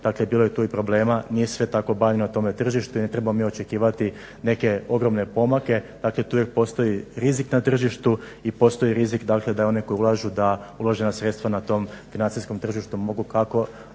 Dakle bilo je tu i problema, nije sve tako bajno na tome tržištu i ne trebamo mi očekivati neke ogromne pomake. Dakle tu uvijek postoji rizik na tržištu i postoji rizik da oni koji ulažu da uložena sredstva na tom financijskom tržištu mogu kako